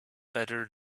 better